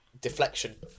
deflection